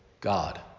God